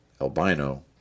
albino